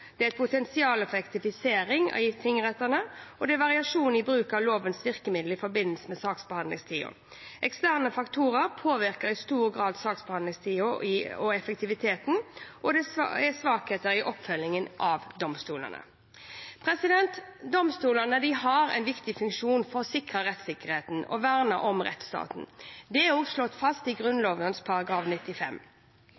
Det er potensial for effektivisering i tingrettene. Det er variasjon i bruk av lovens virkemidler i forbindelse med saksbehandlingstiden. Eksterne faktorer påvirker i stor grad saksbehandlingstiden og effektiviteten. Det er svakheter i oppfølgingen av domstolene. Domstolene har en viktig funksjon for å sikre rettssikkerheten og verne om rettsstaten. Dette er også slått fast i